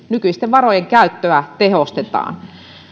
nykyisten varojen käyttöä tehostetaan